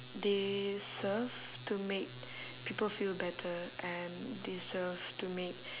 they serve to make people feel better and they serve to make